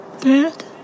Dad